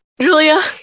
Julia